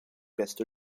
beste